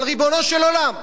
אבל, ריבונו של עולם,